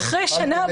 אחרי שנה,